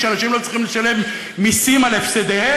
שאנשים לא צריכים לשלם מיסים על הפסדיהם?